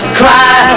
cry